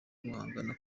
guhangana